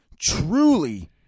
truly